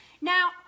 now